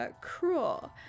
cruel